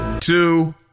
two